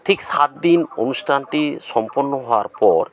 ঠিক সাত দিন অনুষ্টানটি সম্পন্ন হওয়ার পর